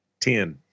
Ten